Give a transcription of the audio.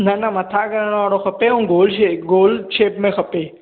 न न मथां करण वारो खपे ऐं गोल शेप गोल शेप में खपे